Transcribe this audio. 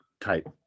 type